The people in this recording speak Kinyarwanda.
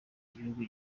igihugu